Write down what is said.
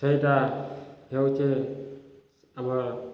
ସେଇଟା ହେଉଛି ଆମର